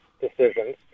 decisions